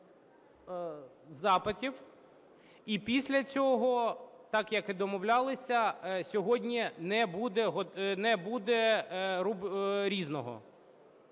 запитів. І після цього, так, як і домовлялися, сьогодні не буде "Різного".